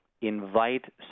invite